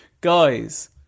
Guys